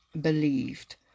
believed